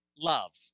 love